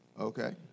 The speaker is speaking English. Okay